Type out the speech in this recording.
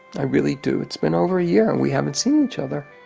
i really do, it's been over a year and we haven't seen each other,